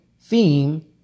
theme